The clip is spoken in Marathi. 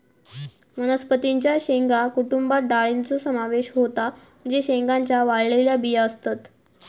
वनस्पतीं च्या शेंगा कुटुंबात डाळींचो समावेश होता जे शेंगांच्या वाळलेल्या बिया असतत